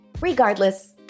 Regardless